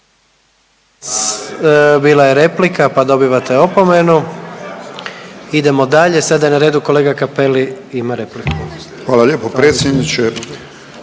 Bila je replika, pa dobivate opomenu. Idemo dalje. Sada je na redu kolega Cappelli ima repliku. **Cappelli,